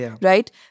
right